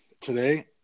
Today